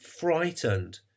frightened